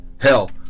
Hell